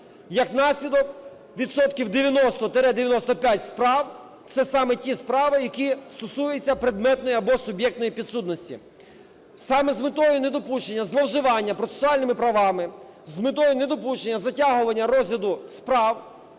Як наслідок, відсотків 90-95 справ це саме ті справи, які стосуються предметної або суб'єктної підсудності. Саме з метою недопущення зловживання процесуальними правами, з метою недопущення затягування розгляду справ,